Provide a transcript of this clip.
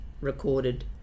recorded